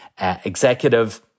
executive